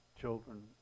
children